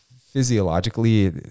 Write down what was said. physiologically